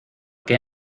qué